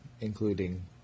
including